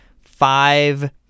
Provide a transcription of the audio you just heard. five